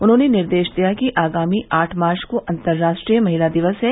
उन्होंने निर्देश दिया कि आगामी आठ मार्च को अतर्राष्ट्रीय महिला दिवस है